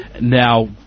Now